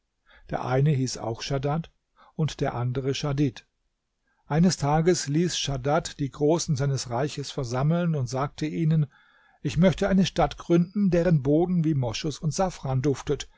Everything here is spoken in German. der eine hieß auch schadad und der andere schadid eines tages ließ schadad die großen seines reiches versammeln und sagte ihnen ich möchte eine stadt gründen deren boden wie moschus und safran duftet